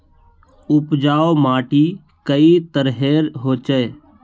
उपजाऊ माटी कई तरहेर होचए?